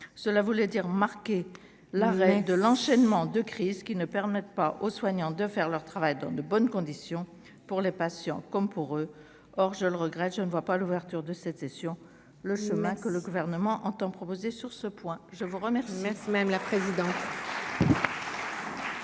cela voulait dire marquer la reine de l'enchaînement de crise qui ne permettent pas aux soignants de faire leur travail dans de bonnes conditions pour les patients comme pour eux, or je le regrette, je ne vois pas l'ouverture de cette session le chemin que le gouvernement entend proposer sur ce point, je vous remercie même la présidente. Alors je